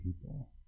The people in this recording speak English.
people